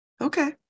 okay